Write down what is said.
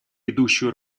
ведущую